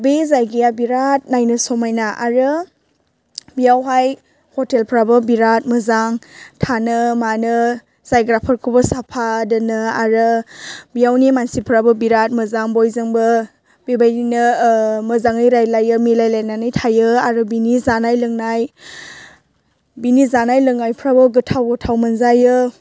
बे जायगाया बिराद नायनो समायना आरो बेयावहाय ह'टेलफ्राबो बिराद मोजां थानो मानो जायगाफोरखौबो साफा दोनो आरो बेयावनि मानसिफोराबो बिराद मोजां बयजोंबो बेबायदि मोजाङै रायज्लायो मिलाय लायनानै थायो आरो बिनि जानाय लोंनाय बिनि जानाय लोंनायफ्राबो गोथाव गोथाव मोनजायो आरो